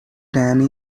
danny